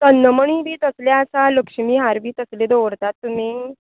कंदमणी बी तसलें बी आसा लक्ष्मी हार बी तसलें दवरतात तुमी